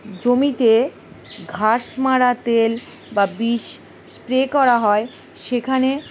জমিতে ঘাস মারা তেল বা বিষ স্প্রে করা হয় সেখানে